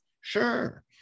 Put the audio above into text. Sure